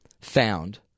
found